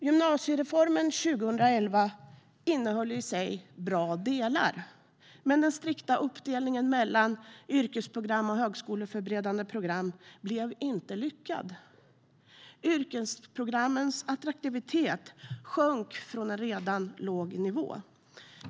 Gymnasiereformen 2011 innehöll i sig bra delar, men den strikta uppdelningen mellan yrkesprogram och högskoleförberedande program blev inte lyckad. Yrkesprogrammens attraktivitet sjönk från en redan låg nivå.